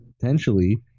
potentially